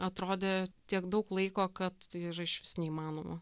atrodė tiek daug laiko kad ir išvis neįmanoma